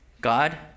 God